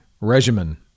regimen